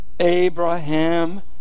Abraham